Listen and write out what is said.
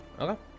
Okay